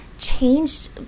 changed